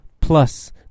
plus